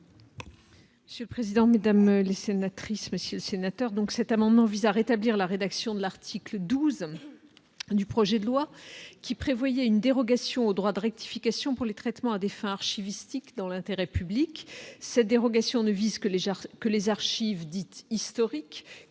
Je suis président, mesdames les sénatrices messieurs sénateurs, donc, cet amendement vise à rétablir la rédaction de l'article 12 du projet de loi qui prévoyait une dérogation au droit de rectification pour les traitements à des fins archiviste hic dans l'intérêt public, cette dérogation ne vise que les jardins que les archives dites historiques